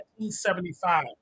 1975